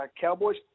Cowboys